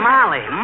Molly